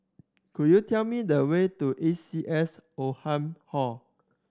could you tell me the way to A C S Oldham Hall